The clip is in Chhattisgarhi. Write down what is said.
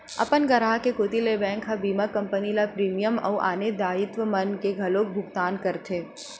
अपन गराहक के कोती ले बेंक ह बीमा कंपनी ल प्रीमियम अउ आने दायित्व मन के घलोक भुकतान करथे